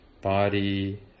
body